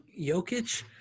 Jokic